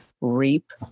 reap